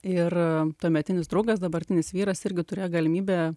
ir tuometinis draugas dabartinis vyras irgi turėjo galimybę